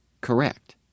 correct